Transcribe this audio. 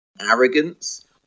arrogance